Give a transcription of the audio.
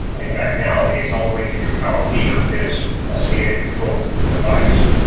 in fact, nowadays, all the way to your power meter is a scada control device.